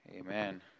Amen